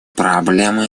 проблема